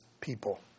people